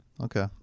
Okay